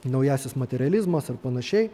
naujasis materializmas ir panašiai